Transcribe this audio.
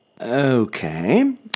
Okay